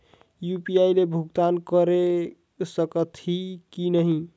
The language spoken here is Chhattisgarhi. यू.पी.आई ले भुगतान करे सकथन कि नहीं?